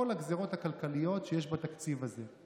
כל הגזרות הכלכליות שיש בתקציב הזה,